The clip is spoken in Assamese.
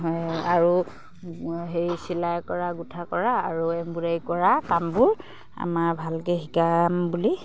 হয় আৰু সেই চিলাই কৰা গোঁঠা কৰা আৰু এমব্ৰইডাৰী কৰা কামবোৰ আমাৰ ভালকৈ শিকাম বুলি